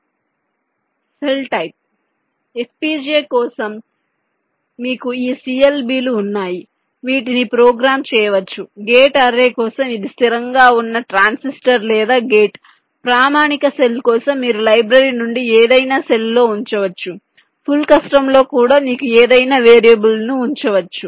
cell type FPGA కోసం మీకు ఈ CLB లు ఉన్నాయి వీటిని ప్రోగ్రామ్ చేయవచ్చు గేట్ అర్రే కోసం ఇది స్థిరంగా ఉన్న ట్రాన్సిస్టర్ లేదా గేట్ ప్రామాణిక సెల్ కోసం మీరు లైబ్రరీ నుండి ఏదైనా సెల్లో ఉంచవచ్చు ఫుల్ కస్టమ్లో కూడా మీకు ఏదైనా వేరియబుల్ను ఉంచవచ్చు